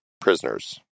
prisoners